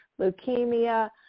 leukemia